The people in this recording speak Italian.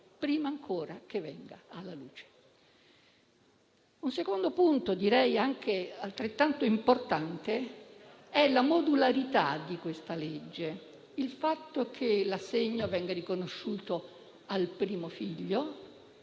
prima ancora che venga alla luce. Un secondo punto altrettanto importante è la modularità del provvedimento, il fatto che l'assegno venga riconosciuto al primo figlio,